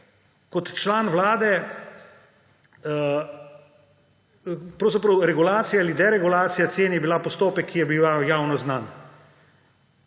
kot član vlade, pravzaprav regulacija ali deregulacija cen je bila postopek, ki je bil javno znan.